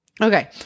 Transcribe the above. Okay